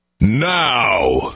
now